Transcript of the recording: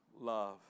love